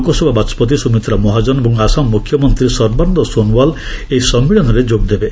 ଲୋକସଭା ବାଚସ୍କତି ସୁମିତ୍ରା ମହାକ୍ତନ ଏବଂ ଆସାମ ମୁଖ୍ୟମନ୍ତ୍ରୀ ସର୍ବାନନ୍ଦ ସୋନୱାଲ ଏହି ସମ୍ମିଳନୀରେ ଯୋଗଦେବେ